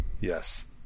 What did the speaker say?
Yes